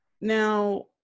now